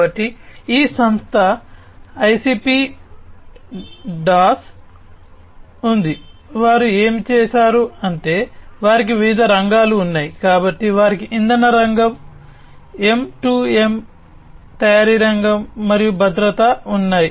కాబట్టి ఈ సంస్థ ఐసిపి దాస్ తయారీ రంగం మరియు భద్రత ఉన్నాయి